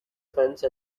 fence